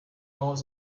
owns